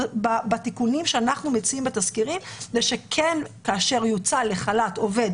התיקונים שאנחנו מציעים בתזכירים הם שכן כאשר יוצא עובד לחל"ת,